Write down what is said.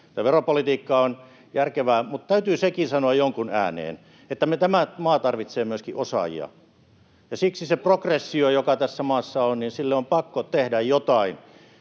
Veropolitiikka on järkevää, mutta täytyy sekin sanoa jonkun ääneen, että tämä maa tarvitsee myöskin osaajia ja siksi sille progressiolle, joka tässä maassa on, on pakko tehdä jotakin.